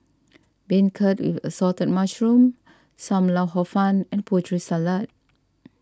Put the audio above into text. Beancurd with Assorted Mushrooms Sam Lau Hor Fun and Putri Salad